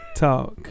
Talk